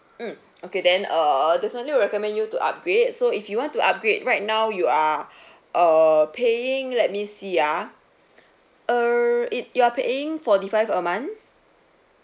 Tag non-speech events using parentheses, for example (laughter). mm okay then err definitely recommend you to upgrade so if you want to upgrade right now you are (breath) err paying let me see ah err it you are paying forty five a month